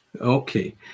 Okay